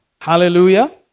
Hallelujah